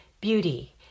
beauty